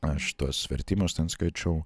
aš tuos vertimus ten skaičiau